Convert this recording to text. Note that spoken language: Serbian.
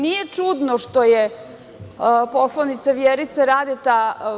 Nije čudno što je poslanica Vjerica Radeta…